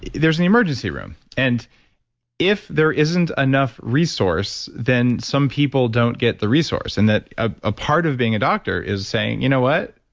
there's an emergency room. and if there isn't enough resource, then some people don't get the resource. and ah a part of being a doctor is saying you know what?